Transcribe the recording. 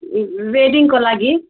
वेडिङको लागि